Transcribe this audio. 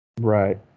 Right